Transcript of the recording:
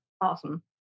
Awesome